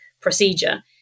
procedure